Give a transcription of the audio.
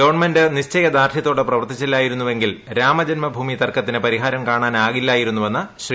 government നിശ്ചയദാർഢ്യത്തോടെ പ്രവർത്തിച്ചില്ലായിരുന്ന് പ്രെങ്കിൽ രാമജന്മഭൂമി തർക്കത്തിന് പരിഹാരം കാണാനാകില്ലായിരുന്നുവെന്ന് ശ്രീ